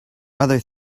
other